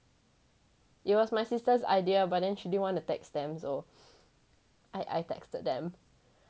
it was my sister's idea but then she didn't want to text them so I I texted them